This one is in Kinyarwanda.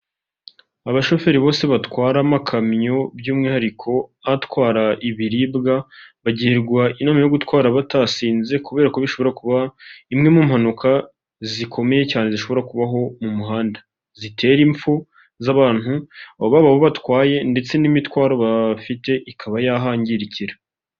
abashoferi bose batwara amakamyo by'umwihariko atwara ibiribwa bagirwa inama yo gutwara batasinze kubera ko bishobora kuba imwe mu mpanuka zikomeye cyane zishobora kubaho mu muhanda zitera impfu z'abantu baba abo batwaye ndetse n'imitwaro bafite ikaba yahangirikira.